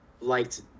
liked